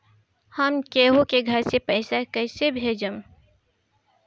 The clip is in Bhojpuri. हम केहु के घर से पैसा कैइसे भेजम?